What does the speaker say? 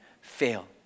fail